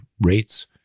rates